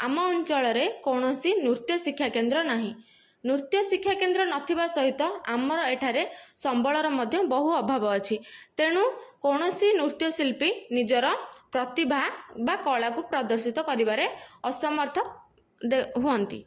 ଆମ ଅଞ୍ଚଳରେ କୌଣସି ନୃତ୍ୟ ଶିକ୍ଷାକେନ୍ଦ୍ର ନାହିଁ ନୃତ୍ୟ ଶିକ୍ଷାକେନ୍ଦ୍ର ନଥିବା ସହିତ ଆମର ଏଠାରେ ସମ୍ବଳ ର ମଧ୍ୟ ବହୁ ଅଭାବ ଅଛି ତେଣୁ କୌଣସି ନୃତ୍ୟଶିଳ୍ପୀ ନିଜର ପ୍ରତିଭା ବା କଳାକୁ ପ୍ରଦର୍ଶିତ କରିବାରେ ଅସମର୍ଥ ହୁଅନ୍ତି